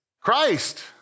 Christ